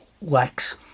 wax